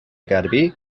garbí